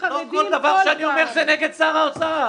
וחרדים --- לא כל דבר שאני אומר זה נגד שר האוצר.